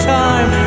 time